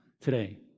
today